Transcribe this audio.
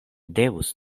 devus